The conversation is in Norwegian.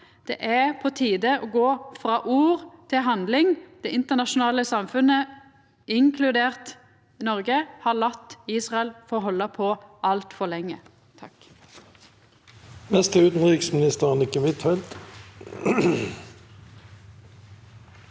Det er på tide å gå frå ord til handling. Det internasjonale samfunnet, inkludert Noreg, har late Israel få halda på altfor lenge.